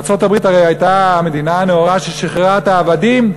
ארצות-הברית הרי הייתה המדינה הנאורה ששחררה את העבדים,